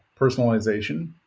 personalization